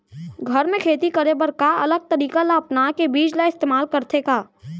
घर मे खेती करे बर का अलग तरीका ला अपना के बीज ला इस्तेमाल करथें का?